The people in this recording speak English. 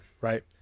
Right